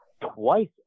twice